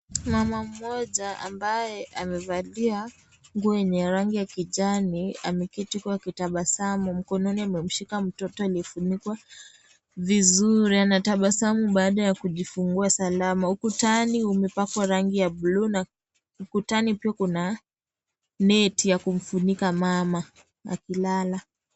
Mama mmoja, ambaye amevalia, nguo yenye rangi ya kijani, ameketi huku akitabasamu, mkononi amemshika mtoto amefunikwa, vizuri, anatabasamu baada ya kujifungua salama, ukutani umepakwa rangi ya (cs)blue (cs), na ukutani pia kuna, neti ya kumfunika mama, akilala.